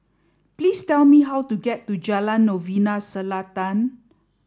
please tell me how to get to Jalan Novena Selatan